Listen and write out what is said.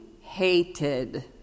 hated